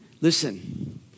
Listen